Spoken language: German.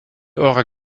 eurer